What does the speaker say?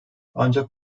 ancak